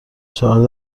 چهارده